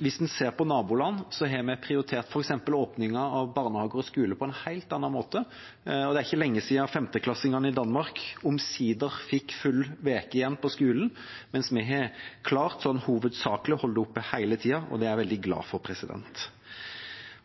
hvis en ser på naboland, har vi prioritert f.eks. åpningen av barnehager og skoler på en helt annen måte. Det er ikke lenge siden femteklassingene i Danmark omsider fikk full uke på skolen igjen, mens vi har klart sånn hovedsakelig å holde åpent hele tida, og det er jeg veldig glad for.